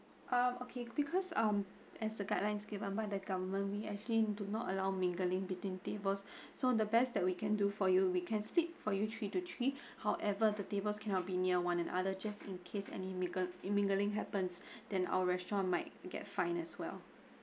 um okay because um as the guidelines given by the government we actually do not allow mingling between tables so the best that we can do for you we can split for you three to three however the tables cannot be near one another just in case any mingle mingling happens then our restaurant might get fine as well